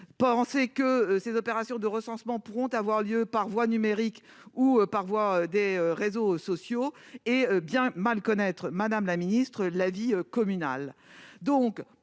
penser que cette opération de recensement pourront avoir lieu par voie numérique ou par voie des réseaux sociaux, hé bien mal connaître, madame la ministre, la vie communale,